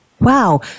Wow